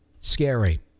scary